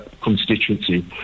constituency